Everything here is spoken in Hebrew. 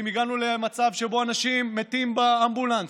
אם הגענו למצב שבו אנשים מתים באמבולנס